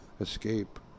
escape